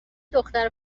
دختر